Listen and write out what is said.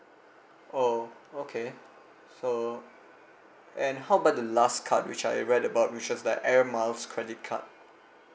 oh okay so and how about the last card which I read about which was like air miles credit card